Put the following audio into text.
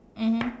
mmhmm